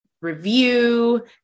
review